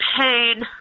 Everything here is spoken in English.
Pain